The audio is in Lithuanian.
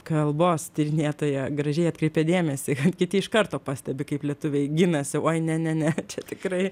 kalbos tyrinėtoja gražiai atkreipė dėmesį kiti iš karto pastebi kaip lietuviai ginasi oi ne ne ne čia tikrai